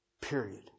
period